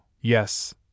yes